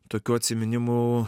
tokių atsiminimų